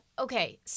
okay